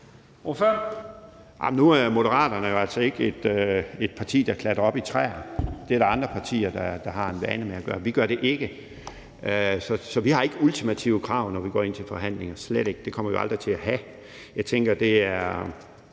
Nu er Moderaterne jo altså ikke et parti, der klatrer op i træer, det er der andre partier der har en vane med at gøre. Vi gør det ikke. Så vi har ikke ultimative krav, når vi går ind til forhandlinger, slet ikke, og det kommer vi aldrig til at have. Jeg tænker, at det er